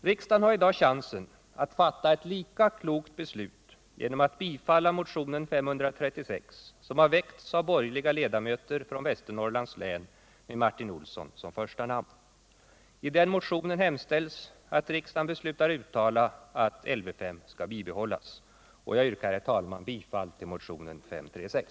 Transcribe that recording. Riksdagen har i dag chansen att fatta ett lika klokt beslut genom att bifalla motionen 536,som har väckts av borgerliga ledamöter från Västernorrlands län, med Martin Olsson som första namn. I den motionen hemställs att riksdagen beslutar uttala att Lv 5 skall bibehållas. Jag yrkar, herr talman, bifall till motionen 536.